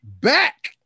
back